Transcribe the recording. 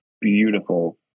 beautiful